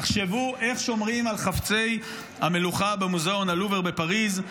תחשבו איך שומרים על חפצי המלוכה במוזיאון הלובר בפריז,